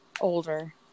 Older